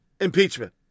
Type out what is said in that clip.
impeachment